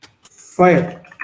fire